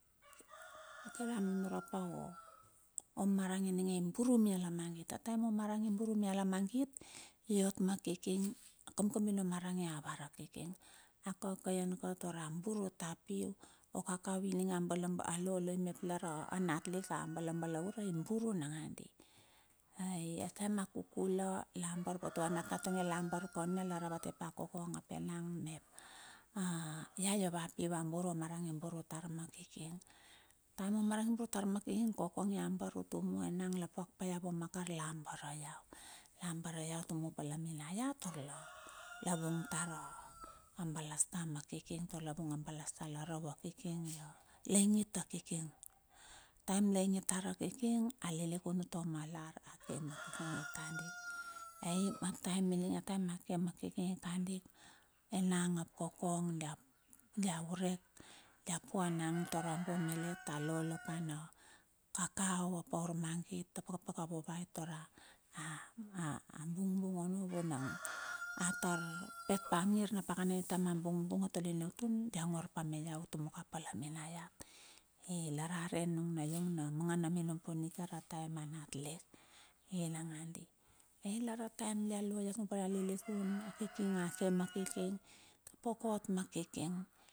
Kira nunure pa o marang ininge i buru mia lamagit. A taem o marang i buru mia lamagit, iot ma kiking. Kamkambi no marang i avar a kiking. a kakaian ka tar a buru tua piu. O kakao ininge a loloi mep lara natlik a bala balaure i buru nangadi. Ai ataem a kukula, lambar pa tua ava natnat ionge lambar kon ia. Ia ravate pa kokong ap enang mep;. la lo va piu a buru omarang i buru tar ma kiking, taem omarang i buru tar ma kiking. Kokong ia amber utuma, enang la puak pa ia vuo ma kar, lambare iau. Lambare ia utuma pala minaiat tar la vung tar a balasta ma kiking tar a vung a balasta. La rau a kiking, la ingit a kiking, taem laingit tar a kiking, a lilikun utua malar. a taem a ke ma kiking. a ke ma kiking kandik, enang ap kokong dia vurek, dia puan pi angng tara bo melet a lolo pa na kakao ap a urmangit a paka paka vovai tara. bunbung ono vunang a tar pet pa ngir na pakana tam a bungbung atuo line utun, dia ongor pa mila utuma ka pala minaiat. Ai lar are iong na manga na minobo nikiar a taem anatlik, inangadi. Ai lara a taem dia lo lilikun paia akiking, a ke ma kiking, itapo kot ma kiking.